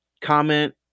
comment